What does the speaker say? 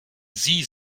sie